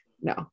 no